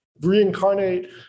reincarnate